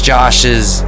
Josh's